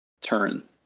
turn